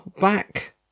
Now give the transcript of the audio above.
back